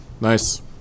Nice